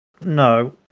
no